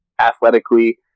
athletically